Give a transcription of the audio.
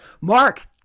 Mark